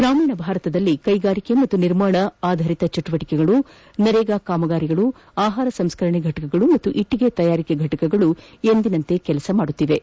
ಗ್ರಾಮೀಣ ಭಾರತದಲ್ಲಿ ಕೈಗಾರಿಕೆ ಮತ್ತು ನಿರ್ಮಾಣ ಆಧರಿತ ಚುುವಟಕೆಗಳು ನರೇಗಾ ಕಾಮಗಾರಿಗಳು ಆಹಾರ ಸಂಸ್ಗರಣೆ ಫಟಕಗಳು ಮತ್ತು ಇಟ್ಲಿಗೆ ತಯಾರಿಕಾ ಫಟಕಗಳು ಎಂದಿನಂತೆ ಕಾರ್ಯ ನಿರ್ವಹಿಸಲಿವೆ